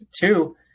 Two